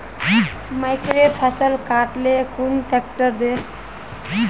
मकईर फसल काट ले कुन ट्रेक्टर दे?